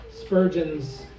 Spurgeon's